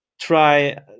try